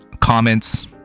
comments